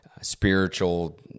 spiritual